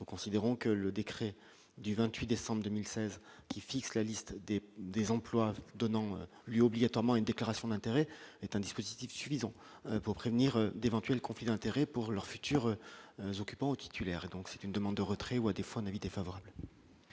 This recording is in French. considérant que le décret du 28 décembre 2016, qui fixe la liste des des emplois donnant lieu obligatoirement une déclaration d'intérêts est un dispositif suffisant pour prévenir d'éventuels conflits d'intérêt pour leurs futurs occupants titulaire et donc c'est une demande de retrait ou à défaut un avis défavorable.